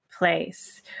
place